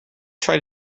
try